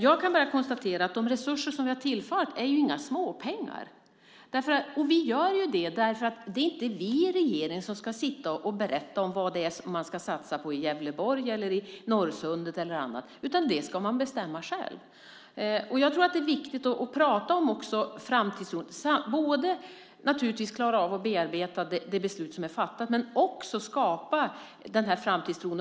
Jag kan bara konstatera att de resurser som vi har tillfört inte är några småpengar. Och vi gör det för att det inte är vi i regeringen som ska sitta och berätta vad man ska satsa på i Gävleborg, i Norrsundet eller på andra ställen. Det ska man bestämma själv. Jag tror att det är viktigt att också prata om framtidstron. Det handlar naturligtvis både om att klara av att bearbeta det beslut som är fattat och om att skapa den här framtidstron.